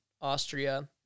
Austria